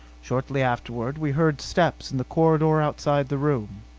shortly afterward we heard steps in the corridor outside the room.